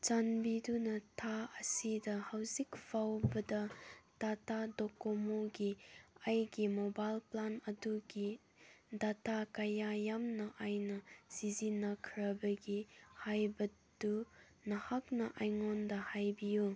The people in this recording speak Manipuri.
ꯆꯥꯟꯕꯤꯗꯨꯅ ꯊꯥ ꯑꯁꯤꯗ ꯍꯧꯖꯤꯛ ꯐꯥꯎꯕꯗ ꯗꯇꯥ ꯗꯣꯀꯣꯃꯣꯒꯤ ꯑꯩꯒꯤ ꯃꯣꯕꯥꯏꯜ ꯄ꯭ꯂꯥꯟ ꯑꯗꯨꯒꯤ ꯗꯇꯥ ꯀꯌꯥ ꯌꯥꯝꯅ ꯑꯩꯅ ꯁꯤꯖꯤꯟꯅꯈ꯭ꯔꯕꯒꯦ ꯍꯥꯏꯕꯗꯨ ꯅꯍꯥꯛꯅ ꯑꯩꯉꯣꯟꯗ ꯍꯥꯏꯕꯤꯌꯨ